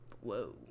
whoa